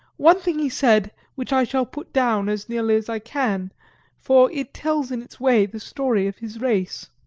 one thing he said which i shall put down as nearly as i can for it tells in its way the story of his race